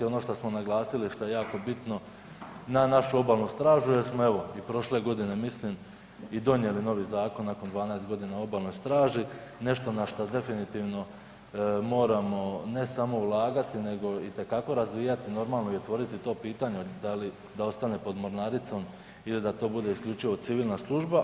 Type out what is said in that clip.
Ono što smo naglasili što je jako bitno na našu obalnu stražu jer smo evo i prošle godine mislim i donijeli novi zakon nakon 12 godina o obalnoj straži, nešto na što definitivno moramo ne samo ulagati nego itekako razvijati i otvoriti to pitanje da li da ostane pod mornaricom ili da to bude isključivo civilna služba.